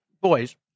boys